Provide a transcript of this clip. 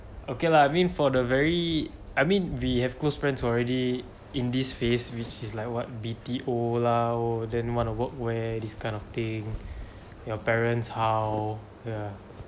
okay lah I mean for the very I mean we have close friends already in this phase which is like what B_T_O lah then wanna work where this kind of thing your parents how yeah